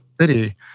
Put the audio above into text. city